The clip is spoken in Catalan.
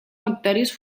bacteris